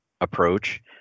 approach